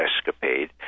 escapade